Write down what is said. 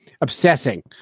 obsessing